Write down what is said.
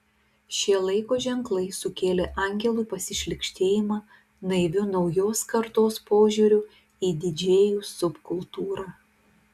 šie laiko ženklai sukėlė angelui pasišlykštėjimą naiviu naujos kartos požiūriu į didžėjų subkultūrą